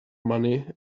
money